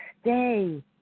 stay